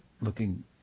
looking